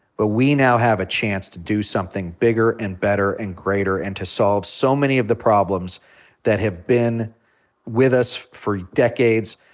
but we now have a chance to do something bigger, and better, and greater and to solve so many of the problems that have been with us for decades.